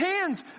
hands